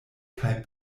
kaj